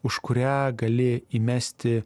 už kurią gali įmesti